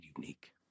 unique